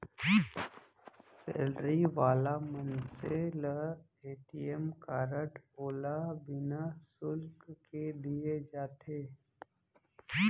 salary वाला मनसे ल ए.टी.एम कारड ओला बिना सुल्क के दिये जाथे